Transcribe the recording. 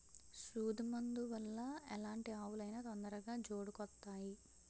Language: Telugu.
సూదు మందు వల్ల ఎలాంటి ఆవులు అయినా తొందరగా జోడుకొత్తాయి